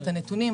את הנתונים,